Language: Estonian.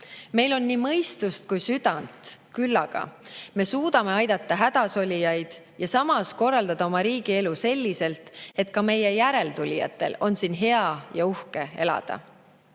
Meil on nii mõistust kui ka südant küllaga. Me suudame aidata hädasolijaid ja samas korraldada oma riigi elu selliselt, et ka meie järeltulijatel on siin hea ja uhke elada.